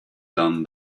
done